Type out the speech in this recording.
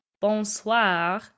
bonsoir